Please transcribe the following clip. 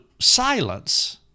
silence